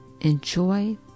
Enjoy